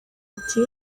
ati